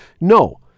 No